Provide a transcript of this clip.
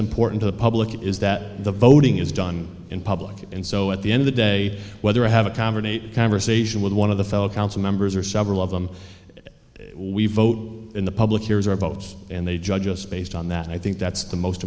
important to the public is that the voting is done in public and so at the end of the day whether i have a convert a conversation with one of the fellow council members or several of them we vote in the public hears our votes and they judge us based on that i think that's the most